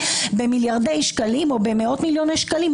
במיליארדי שקלים או במאות מיליוני שקלים,